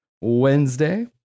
Wednesday